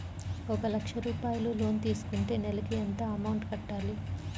ఒక లక్ష రూపాయిలు లోన్ తీసుకుంటే నెలకి ఎంత అమౌంట్ కట్టాలి?